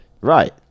right